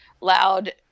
loud